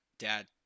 Dad